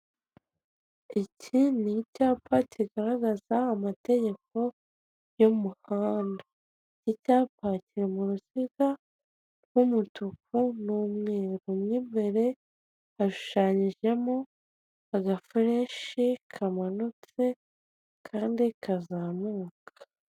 Iki ni icyapa kigaragaza amategeko y'umuhanda, icyapa kiri mu ruziga rw'umutuku n'umweru mo imbere hashushanyijemo agafuleshi kamanutse kandi kazamuka.